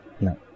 no